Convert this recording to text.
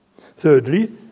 Thirdly